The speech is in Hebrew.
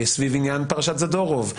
סביב עניין פרשת זדורוב,